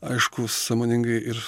aišku sąmoningai ir